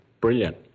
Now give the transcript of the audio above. brilliant